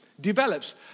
develops